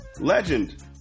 legend